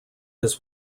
his